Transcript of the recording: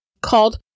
called